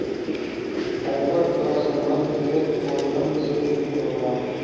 fibre कअ संबंध पेड़ पौधन से भी होला